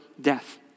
death